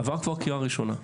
שעבר כבר קריאה ראשונה,